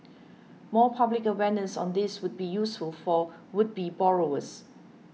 more public awareness on this would be useful for would be borrowers